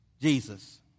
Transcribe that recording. Jesus